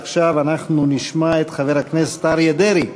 עכשיו אנחנו נשמע את חבר הכנסת אריה דרעי,